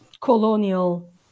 colonial